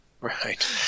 Right